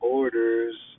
orders